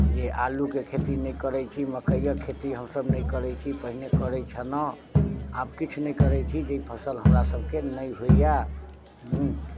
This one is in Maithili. जे आलूके खेती नहि करैत छी मक्कइअक खेती हमसभ नहि करैत छी पहिने करैत छलहुँ आब किछु नहि करैत छी जे फसल हमरासभके नहि होइए